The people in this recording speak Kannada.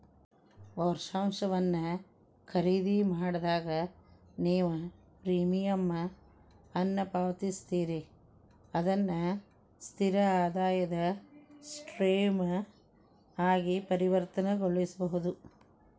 ವರ್ಷಾಶನವನ್ನ ಖರೇದಿಮಾಡಿದಾಗ, ನೇವು ಪ್ರೇಮಿಯಂ ಅನ್ನ ಪಾವತಿಸ್ತೇರಿ ಅದನ್ನ ಸ್ಥಿರ ಆದಾಯದ ಸ್ಟ್ರೇಮ್ ಆಗಿ ಪರಿವರ್ತಿಸಕೊಳ್ಬಹುದು